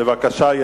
בבקשה.